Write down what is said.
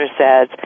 says